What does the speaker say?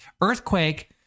Earthquake